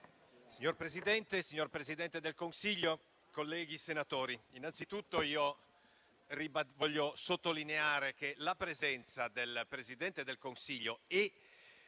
Signor Presidente, signor Presidente del Consiglio, colleghi senatori, innanzitutto voglio sottolineare che la presenza del Presidente del Consiglio e